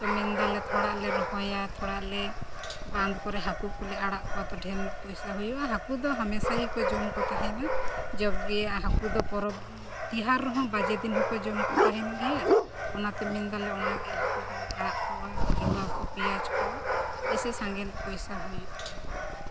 ᱛᱚ ᱢᱮᱱᱫᱟᱞᱮ ᱛᱷᱚᱲᱟᱞᱮ ᱨᱚᱦᱚᱭᱟ ᱛᱷᱚᱲᱟᱞᱮ ᱵᱟᱸᱫᱷ ᱠᱚᱨᱮ ᱦᱟᱠᱳ ᱠᱚᱞᱮ ᱟᱲᱟᱜ ᱠᱚᱣᱟ ᱛᱚ ᱰᱷᱮᱨ ᱧᱚᱜ ᱯᱚᱭᱥᱟ ᱦᱩᱭᱩᱜᱼᱟ ᱦᱟᱠᱩ ᱫᱚ ᱦᱟᱢᱮᱥᱟ ᱜᱮᱠᱚ ᱡᱚᱢ ᱠᱚ ᱛᱟᱦᱮᱱᱟ ᱡᱚᱜ ᱜᱮᱭᱟ ᱦᱟᱹᱠᱩ ᱫᱚ ᱯᱚᱨᱚᱵ ᱛᱮᱣᱦᱟᱨ ᱨᱮᱦᱚᱸ ᱵᱟᱡᱮ ᱫᱤᱱ ᱦᱚᱸᱠᱚ ᱡᱚᱢ ᱠᱚ ᱛᱟᱦᱮᱱ ᱜᱮᱭᱟ ᱛᱚ ᱚᱱᱟᱛᱮ ᱢᱮᱱ ᱫᱟᱞᱮ ᱚᱱᱟᱜᱮ ᱦᱟᱠᱩ ᱠᱚᱜᱮ ᱟᱲᱟᱜ ᱠᱚᱣᱟ ᱟᱞᱩᱣᱟ ᱠᱚ ᱯᱮᱭᱟᱡᱽ ᱠᱚ ᱡᱮᱥᱮ ᱥᱟᱸᱜᱮ ᱧᱚᱜ ᱯᱚᱭᱥᱟ ᱦᱩᱭᱩᱜ ᱫᱚᱨᱠᱟᱨ